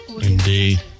Indeed